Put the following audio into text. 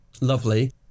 lovely